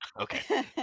Okay